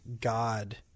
God